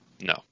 No